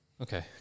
Okay